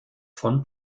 von